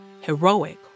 heroic